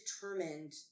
determined